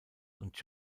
und